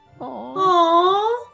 Aww